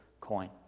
coin